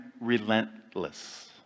relentless